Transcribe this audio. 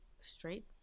straight